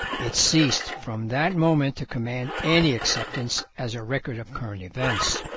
it ceased from that moment to command any acceptance as a record of current events.